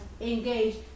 engaged